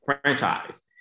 franchise